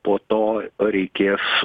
po to reikės